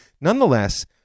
nonetheless